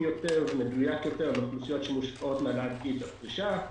ומדויק יותר לאוכלוסיות שמושפעות מהעלאת גיל הפרישה,